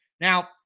Now